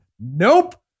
Nope